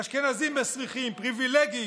אשכנזים מסריחים, פריבילגים.